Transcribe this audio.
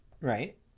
Right